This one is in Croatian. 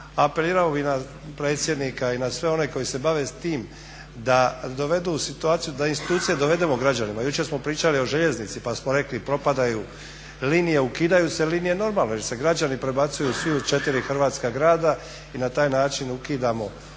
Apelirao bih na predsjednika i na sve one koji se bave s tim da dovedu u situaciju da institucije dovedemo građanima. Jučer smo pričali o željeznici pa smo rekli propadaju linije, ukidaju se linije, normalno jer se građani prebacuju svi u 4 hrvatska grada i na taj način ukidamo